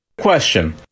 Question